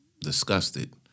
disgusted